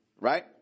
right